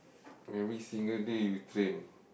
every single day you train